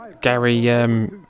Gary